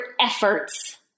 efforts